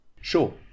sure